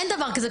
אין דבר כזה.